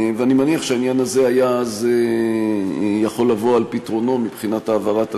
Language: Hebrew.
אני מניח שהעניין הזה היה אז יכול לבוא על פתרונו מבחינת העברת הנתונים.